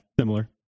similar